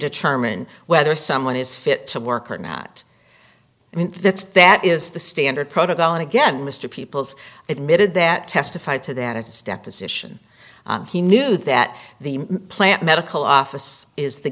determine whether someone is fit to work or not i mean that is the standard protocol and again mr people's admitted that testified to that at this deposition he knew that the plant medical office is the